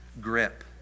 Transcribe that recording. grip